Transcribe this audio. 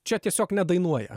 čia tiesiog nedainuoja